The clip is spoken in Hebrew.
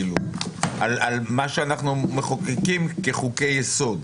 על מה שאנחנו מחוקקים כחוקי יסוד.